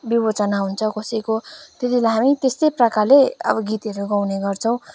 विमोचन हुन्छ कसैको त्यतिबेला हामी त्यस्तै प्रकारले अब गीतहरू गाउँने गर्छौँ